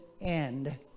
end